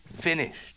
finished